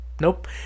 Nope